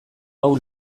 hau